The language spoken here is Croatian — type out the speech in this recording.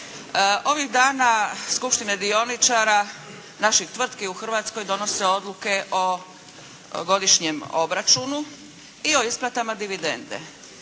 Ovih dana skupštine dioničara, naših tvrtki u Hrvatskoj donose odluke o godišnjem obračunu i o isplatama dividende.